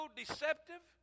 deceptive